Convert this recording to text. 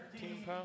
team